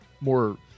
more